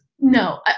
No